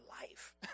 life